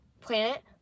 planet